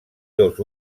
dos